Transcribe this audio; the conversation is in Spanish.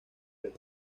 vez